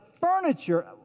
furniture